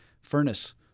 furnace